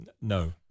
No